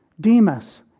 demas